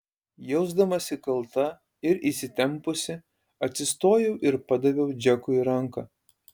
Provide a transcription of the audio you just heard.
jausdamasi kalta ir įsitempusi atsistojau ir padaviau džekui ranką